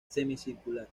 semicircular